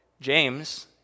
James